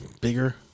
Bigger